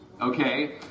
okay